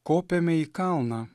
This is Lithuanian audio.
kopiame į kalną